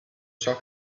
ciò